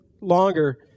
longer